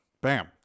Bam